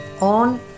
on